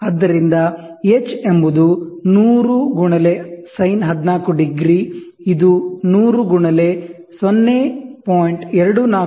ಆದ್ದರಿಂದ h ಎಂಬುದು 100 x sin14 degree ಇದು 100 x 0